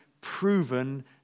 proven